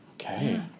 Okay